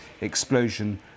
explosion